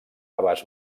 abast